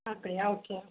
அப்படியா ஓகே